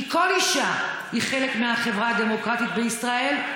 כי כל אישה היא חלק מהחברה הדמוקרטית בישראל.